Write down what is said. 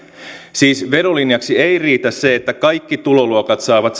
siis verolinjaksi ei riitä se että kaikki tuloluokat saavat